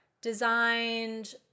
designed